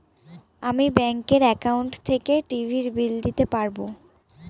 আমি ব্যাঙ্কের একাউন্ট থেকে টিভির বিল দিতে পারবো